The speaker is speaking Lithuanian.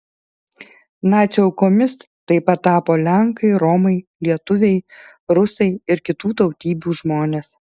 nacių aukomis taip pat tapo lenkai romai lietuviai rusai ir kitų tautybių žmonės